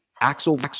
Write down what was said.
Axel